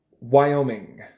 Wyoming